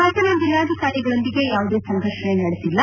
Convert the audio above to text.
ಹಾಸನ ಜಿಲ್ಲಾಧಿಕಾರಿಗಳೊಂದಿಗೆ ಯಾವುದೇ ಸಂಘರ್ಷಣೆ ನಡೆಸಿಲ್ಲ